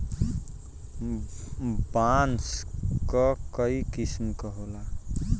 बांस क कई किसम क होला